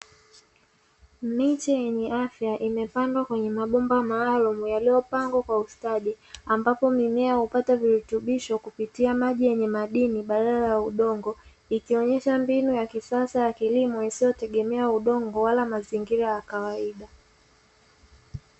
Miti yenye afya imepandwa kwenye mabomba maalumu yaliyopangwa kwa ustadi, ambapo mimea hupata virutubisho kupitia maji yenye madini badala ya udongo. Ikionyesha mbinu ya kisasa ya kilimo isiyo tegemea udongo wala mazingira ya kawaida.